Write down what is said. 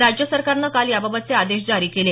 राज्य सरकारन काल याबाबतचे आदेश जारी केले